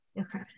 Okay